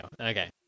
okay